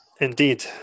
indeed